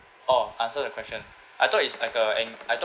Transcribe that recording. oh answer the question I thought it's like a eng~ I thought